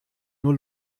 nur